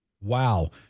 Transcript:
Wow